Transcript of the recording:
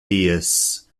dies